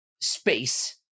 space